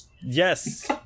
yes